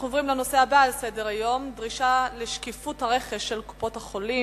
אנחנו עוברים לנושא הבא: דרישה לשקיפות הרכש של קופות-החולים,